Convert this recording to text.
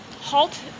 halt